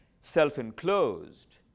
self-enclosed